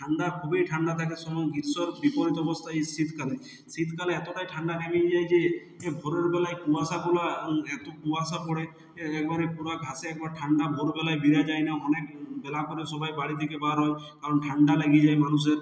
ঠান্ডা খুবই ঠান্ডা থাকে সম গ্রীষ্মর বিপরীত অবস্থা এই শীতকালে শীতকালে এতোটাই ঠান্ডা নেমে যায় যে এ ভোরেরবেলায় কুয়াশাগুলা এতো কুয়াশা পড়ে এ এর পরে পুরা ঘাসে এরপর ঠান্ডা ভোরবেলায় বেরা যায় না অনেক বেলা করে সবাই বাড়ি থেকে বার হয় কারণ ঠান্ডা লেগে যায় মানুষের